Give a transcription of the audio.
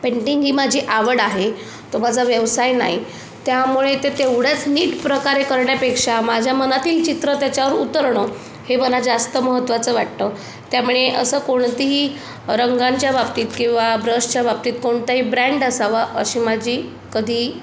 painting ही माझी आवड आहे तो माझा व्यवसाय नाही त्यामुळे ते तेवढ्याच नीट प्रकारे करण्यापेक्षा माझ्या मनातील चित्र त्याच्यावर उतरणं हे मला जास्त महत्वाचं वाटतं त्यामुळे असं कोणतीही रंगांच्या बाबतीत किंवा ब्रशच्या बाबतीत कोणताही ब्रँड असावा अशी माझी कधी